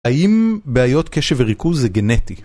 האם בעיות קשב וריכוז זה גנטי?